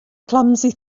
clumsy